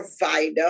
provider